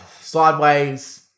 Sideways